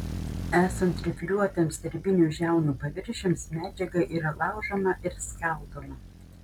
esant rifliuotiems darbinių žiaunų paviršiams medžiaga yra laužoma ir skaldoma